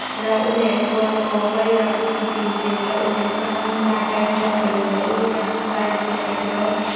र उनीहरूको अब परिवारको स्थितिहरू हेरेर उनीहरू काम पार्ट टाइम जबहरू भयो प्रा प्राइभेट सेक्टरतिर